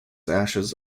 ashes